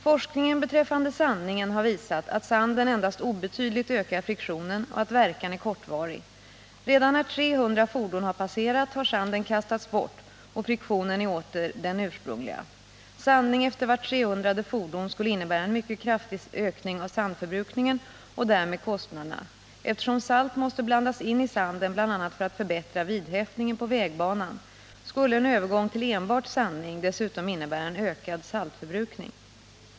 Forskningen beträffande sandningen har visat att sanden endast obetydligt ökar friktionen och att verkan är kortvarig. Redan när 300 fordon har passerat har sanden kastats bort och friktionen är åter den ursprungliga. Sandning efter vart 300:e fordon skulle innebära en mycket kraftig ökning av sandförbrukningen och därmed av kostnaderna. Eftersom salt måste blandas in i sanden för att bl.a. förbättra vidhäftningen på vägbanan, skulle en övergång till enbart sandning dessutom innebära en ökad saltförbrukning.